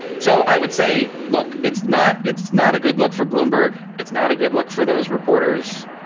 so i would say look, it's not it's not a good look for bloomberg. it's not a good look for those reporters.